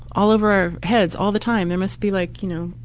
all over our heads, all the time, there must be like, you know,